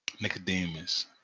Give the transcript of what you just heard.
Nicodemus